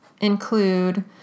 include